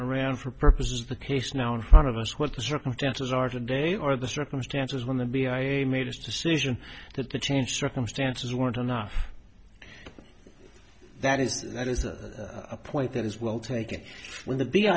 around for purposes of the case now in front of us what the circumstances are today or the circumstances when the b i a made a decision that the change circumstances weren't enough that is that is a point that is well taken when the b